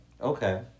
okay